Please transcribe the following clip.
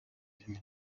remera